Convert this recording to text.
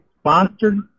sponsored